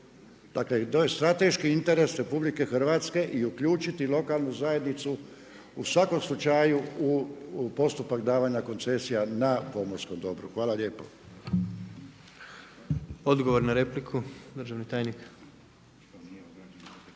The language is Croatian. Dakle, to je strateški interes Republike Hrvatske i uključiti lokalnu zajednicu u svakom slučaju u postupak davanja koncesija na pomorskom dobru. Hvala lijepo. **Jandroković, Gordan (HDZ)**